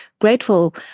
grateful